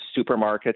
supermarkets